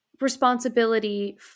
responsibility